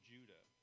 Judah